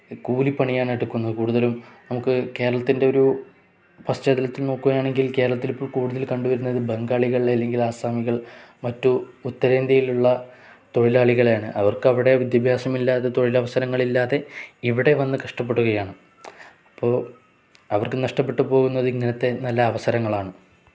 കൂലിപ്പണിയാണ് എടുക്കുന്നത് കൂടുതലും നമുക്ക് കേരളത്തിൻ്റെ ഒരു പശ്ചാത്തലത്തിൽ നോക്കുകയാണെങ്കിൽ കേരളത്തിലിപ്പോൾ കൂടുതൽ കണ്ടുവരുന്നത് ബംഗാളികൾ അല്ലെങ്കിൽ അസ്സാമികൾ മറ്റു ഉത്തരേന്ത്യയിലുള്ള തൊഴിലാളികളെയാണ് അവർക്കവിടെ വിദ്യാഭ്യാസമില്ലാതെ തൊഴിലവസരങ്ങളില്ലാതെ ഇവിടെ വന്ന് കഷ്ടപ്പെടുകയാണ് അപ്പോൾ അവർക്ക് നഷ്ടപ്പെട്ടു പോകുന്നത് ഇങ്ങനത്തെ നല്ല അവസരങ്ങളാണ്